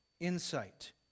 insight